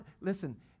Listen